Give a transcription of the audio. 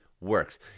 works